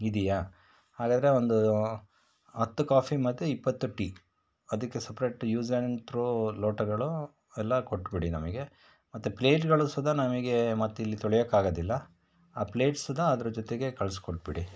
ಇದೆಯಾ ಹಾಗಾದರೆ ಒಂದು ಹತ್ತು ಕಾಫಿ ಮತ್ತು ಇಪ್ಪತ್ತು ಟೀ ಅದಕ್ಕೆ ಸಪ್ರೇಟ್ ಯೂಸ್ ಆ್ಯಂಡ್ ತ್ರೋ ಲೋಟಗಳು ಎಲ್ಲ ಕೊಟ್ಟುಬಿಡಿ ನಮಗೆ ಮತ್ತು ಪ್ಲೇಟ್ಗಳು ಸುತ ನಮಗೆ ಮತ್ತೆ ಇಲ್ಲಿ ತೊಳೆಯಕ್ಕಾಗದಿಲ್ಲ ಆ ಪ್ಲೇಟ್ಸ್ ಸುತ ಅದ್ರ ಜೊತೆಗೇ ಕಳ್ಸಿಕೊಟ್ಬಿಡಿ